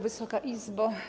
Wysoka Izbo!